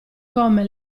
come